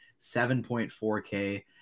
7.4K